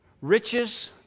Riches